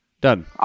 Done